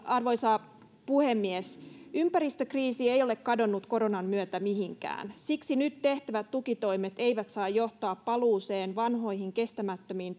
arvoisa puhemies ympäristökriisi ei ole kadonnut koronan myötä mihinkään siksi nyt tehtävät tukitoimet eivät saa johtaa paluuseen vanhoihin kestämättömiin